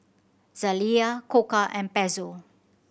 Zalia Koka and Pezzo